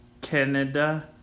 Canada